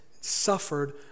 suffered